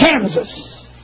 Kansas